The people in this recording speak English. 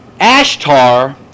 Ashtar